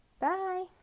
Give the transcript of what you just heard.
bye